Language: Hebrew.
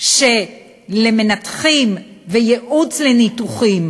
שלמנתחים ונותני ייעוץ לניתוחים